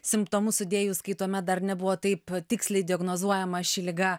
simptomus sudėjus kai tuomet dar nebuvo taip tiksliai diagnozuojama ši liga